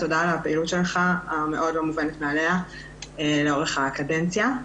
תודה על הפעילות שלך המאוד לא מובנת מאליה לאורך הקדנציה.